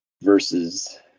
versus